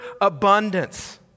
abundance